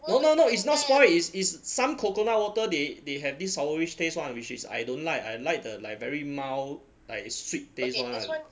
no no no it's not spoil is is some coconut water they they have this sourish taste [one] which is I don't like I like the like very mild like sweet taste [one]